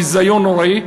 ביזיון נוראי,